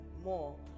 more